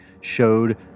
showed